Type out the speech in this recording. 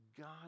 God